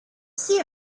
see